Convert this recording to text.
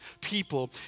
people